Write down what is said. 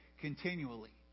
continually